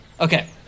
Okay